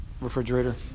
refrigerator